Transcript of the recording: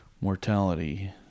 mortality